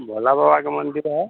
भोला बाबा का मंदिर है